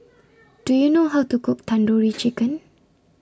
Do YOU know How to Cook Tandoori Chicken